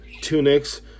tunics